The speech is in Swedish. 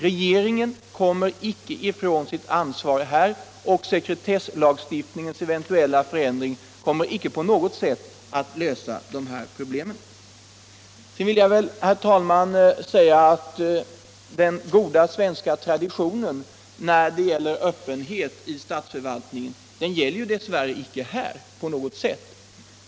Regeringen kommer icke ifrån sitt ansvar, och sekretesslagstiftningens eventuella förändring kommer icke att på något sätt lösa de ifrågavarande problemen. Sedan vill jag, herr talman, säga att den goda svenska traditionen när det gäller öppenhet i statsförvaltningen dess värre inte på något sätt gäller i detta fall.